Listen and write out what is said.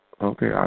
Okay